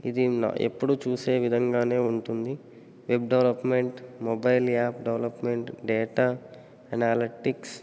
ఇది ఎప్పుడూ చూసే విధంగానే ఉంటుంది web development mobile app development data analytics